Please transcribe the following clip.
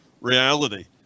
reality